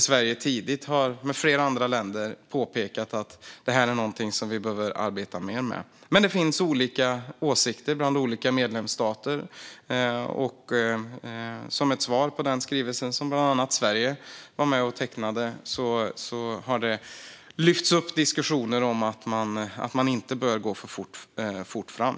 Sverige och flera andra länder har påpekat att detta är något vi behöver arbeta mer med. Men det finns olika åsikter hos olika medlemsstater. Som svar på den skrivelse som bland annat Sverige undertecknat har det förts diskussioner om att man inte bör gå för fort fram.